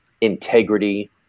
integrity